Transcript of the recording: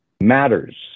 matters